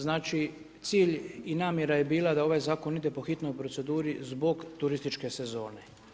Znači cilj i namjera je bila da ovaj zakon ide po hitnoj proceduri zbog turističke sezone.